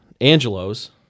Angelo's